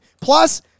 plus